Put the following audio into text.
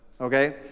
Okay